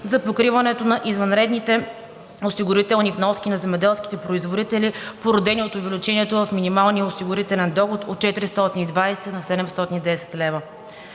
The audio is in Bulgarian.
за покриването на извънредните осигурителни вноски на земеделските производители, породени от увеличението в минималния осигурителен доход – от 420 лв. на 710 лв.